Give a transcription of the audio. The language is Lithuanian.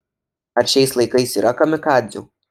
ar šiais laikais yra kamikadzių